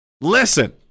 listen